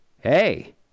hey